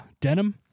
denim